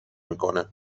میکنه